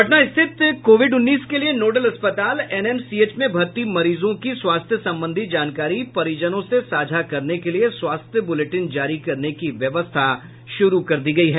पटना स्थित कोविड उन्नीस के लिए नोडल अस्पताल एनएमसीएच में भर्ती मरीजों की स्वास्थ्य संबंधी जानकारी परिजनों से साझा करने के लिए स्वास्थ्य बुलेटिन जारी करने की व्यवस्था शुरू कर दी गयी है